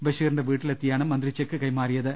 ബഷീറിന്റെ വീട്ടിലെത്തിയാണ് മന്ത്രി ചെക്ക് കൈമാറിയ ത്